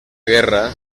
guerra